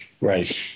Right